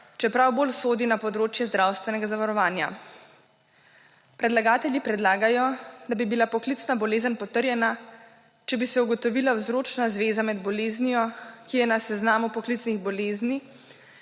čeprav bolj sodi na področje zdravstvenega zavarovanja. Predlagatelji predlagajo, da bi bila poklicna bolezen potrjena, če bi se ugotovila vzročna zveza med boleznijo, ki je na seznamu poklicnih bolezni,